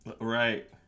Right